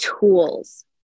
tools